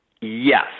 Yes